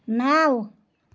نَو